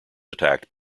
attacked